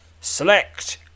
Select